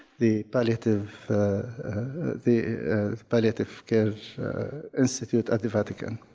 the palliative the palliative care institute at the vatican.